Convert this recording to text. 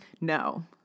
No